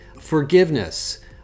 forgiveness